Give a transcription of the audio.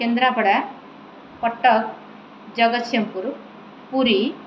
Kendrapara Cuttack Jagatsinghpur Puri